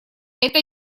это